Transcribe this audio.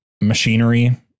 machinery